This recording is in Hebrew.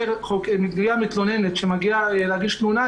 כשמגיעה מתלוננת להגיש תלונה,